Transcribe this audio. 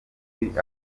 ntituzi